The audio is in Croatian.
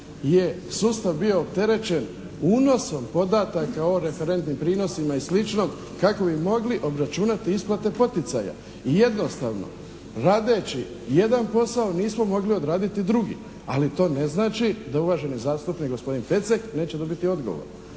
je sustav bio opterećen unosom podataka o referentnim prinosima i slično kako bi mogli obračunati isplate poticaja. I jednostavno radeći jedan posao nismo mogli odraditi drugi, ali to ne znači da uvaženi zastupnik gospodin Pecek neće dobiti odgovor.